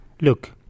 Look